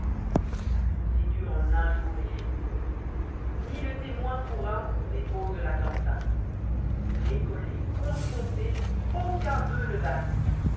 la procédure en un jour est finie mille témoins pour un déposent l'attentat récolés cdnfrontés aucun d'eux ne varie